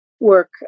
work